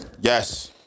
Yes